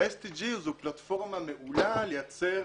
וה- SDGsזו פלטפורמה מעולה לייצר